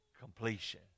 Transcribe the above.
Completion